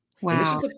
Wow